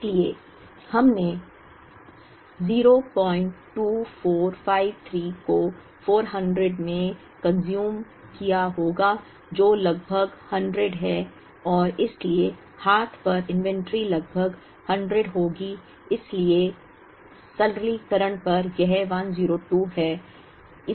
इसलिए हमने 02453 को 400 में उपभोग कंज्यूम होगा जो लगभग 100 है और इसलिए हाथ पर इन्वेंट्री लगभग 100 होगी इसलिए सरलीकरण पर यह 102 है